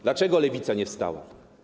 Dlaczego Lewica nie wstała?